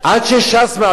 תגיד תודה רבה, אמנון.